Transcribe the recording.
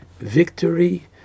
victory